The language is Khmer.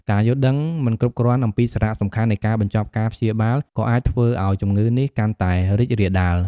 ការយល់ដឹងមិនគ្រប់គ្រាន់អំពីសារៈសំខាន់នៃការបញ្ចប់ការព្យាបាលក៏អាចធ្វើឱ្យជំងឺនេះកាន់តែរីករាលដាល។